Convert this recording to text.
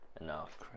enough